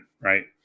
right